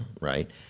right